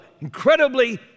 incredibly